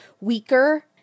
weaker